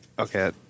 Okay